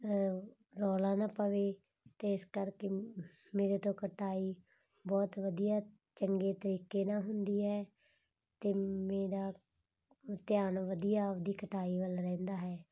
ਰੌਲਾ ਨਾ ਪਵੇ ਅਤੇ ਇਸ ਕਰਕੇ ਮੇਰੇ ਤੋਂ ਕਟਾਈ ਬਹੁਤ ਵਧੀਆ ਚੰਗੇ ਤਰੀਕੇ ਨਾਲ ਹੁੰਦੀ ਹੈ ਅਤੇ ਮੇਰਾ ਧਿਆਨ ਵਧੀਆ ਆਪਣੀ ਕਟਾਈ ਵੱਲ ਰਹਿੰਦਾ ਹੈ